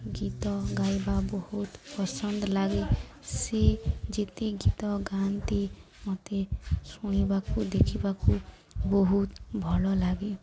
ଗୀତ ଗାଇବା ବହୁତ ପସନ୍ଦ ଲାଗେ ସେ ଯେତେ ଗୀତ ଗାଆନ୍ତି ମୋତେ ଶୁଣିବାକୁ ଦେଖିବାକୁ ବହୁତ ଭଲ ଲାଗେ